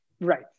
Right